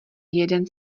jeden